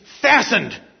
fastened